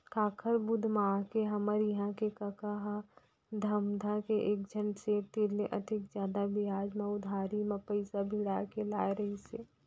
काकर बुध म आके हमर इहां के कका ह धमधा के एकझन सेठ तीर ले अतेक जादा बियाज म उधारी म पइसा भिड़ा के लाय रहिस हे